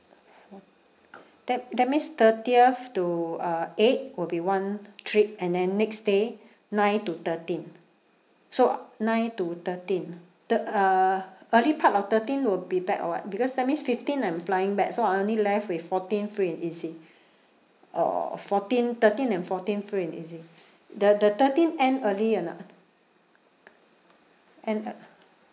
fourth that that means thirtieth to uh eight would be one trip and then next day nine to thirteen so nine to thirteen the uh early part of thirteen will be back or [what] because that means fifteen I'm flying back so I only left with fourteen free and easy or fourteen thirteen and fourteen free and easy the the thirteen end early or not end ea~